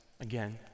again